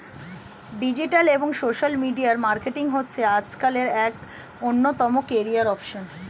digital এবং social media marketing হচ্ছে আজকালের এক অন্যতম ক্যারিয়ার অপসন